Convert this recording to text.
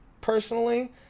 personally